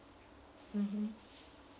mm